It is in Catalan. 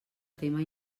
tema